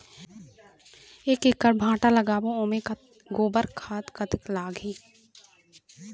एक एकड़ भांटा लगाबो ओमे गोबर खाद कतक लगही?